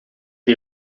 die